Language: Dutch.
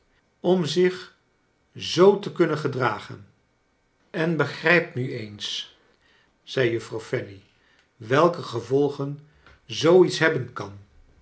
om zich zoo te kunnen gedragen en begrijp nu eens zei juffrouw fanny welke gevolgen zoo iets hebben kan